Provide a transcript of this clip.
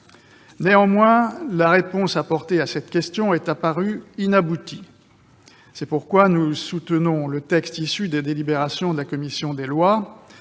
Néanmoins, la réponse apportée à cette question est apparue inaboutie. C'est pourquoi nous soutenons le texte issu des délibérations de la commission des lois,